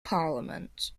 parliament